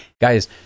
Guys